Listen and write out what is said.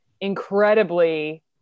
incredibly